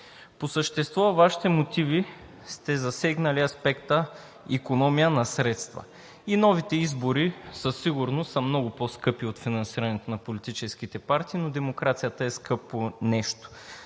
По същество във Вашите мотиви сте засегнали аспекта „икономия на средства“. И новите избори със сигурност са много по скъпи от финансирането на политическите партии, но демокрацията е скъпо нещо.